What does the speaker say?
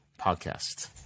Podcast